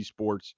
esports